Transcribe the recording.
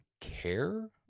care